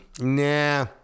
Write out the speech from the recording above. nah